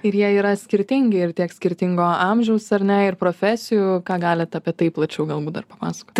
ir jie yra skirtingi ir tiek skirtingo amžiaus ar ne ir profesijų ką galit apie tai plačiau galbūt dar papasakoti